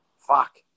Fuck